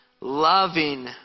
loving